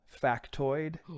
factoid